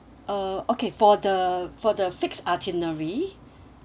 uh okay for the for the fixed itinerary